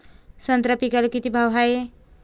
संत्रा पिकाले किती भाव हाये?